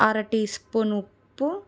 అర teaspoon ఉప్పు